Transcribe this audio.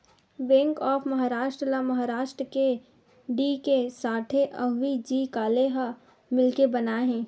bank of Maharashtra ल महारास्ट के D K Sathe अउ व्ही.जी काले ह मिलके बनाए हे